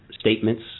statements